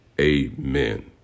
Amen